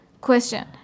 question